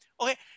Okay